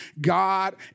God